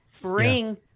bring